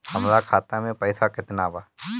हमरा खाता में पइसा केतना बा?